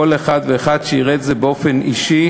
כל אחד ואחד שיראה את זה באופן אישי,